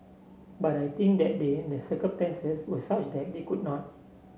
but I think that day the circumstances were such that they could not